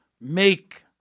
make